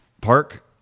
Park